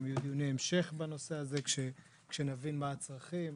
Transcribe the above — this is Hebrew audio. יהיו דיוני המשך בנושא הזה כשנבין מה הצרכים,